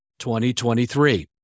2023